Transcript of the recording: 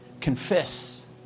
confess